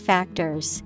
Factors